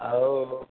ଆଉ